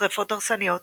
שריפות הרסניות